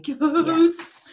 Yes